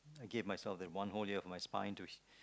I gave myself the one whole year for my spine to